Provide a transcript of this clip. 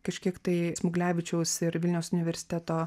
kažkiek tai smuglevičiaus ir vilniaus universiteto